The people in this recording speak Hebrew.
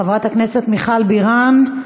חברת הכנסת מיכל בירן,